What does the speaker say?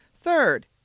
Third